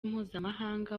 mpuzamahanga